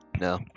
No